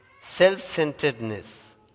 self-centeredness